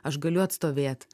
aš galiu atstovėt